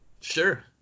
Sure